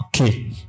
Okay